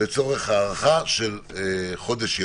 לצורך הארכה של חודש ימים,